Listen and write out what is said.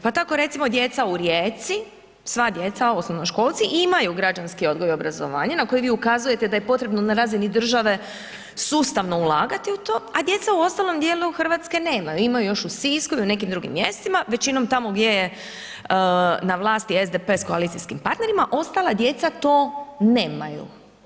Pa tako recimo djeca u Rijeci, sva djeca, osnovnoškolci imaju građanski odgoj i obrazovanje na koji vi ukazujete da je potrebno na razini države sustavno ulagati u to a djeca u ostalom dijelu Hrvatske nemaju, imaju još u Sisku i u nekim drugim mjestima, većinom tamo gdje je na vlasti SDP sa koalicijskim partnerima a ostala djeca to nemaju.